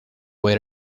way